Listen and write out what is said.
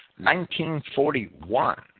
1941